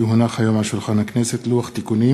כי הונח היום על שולחן הכנסת לוח תיקונים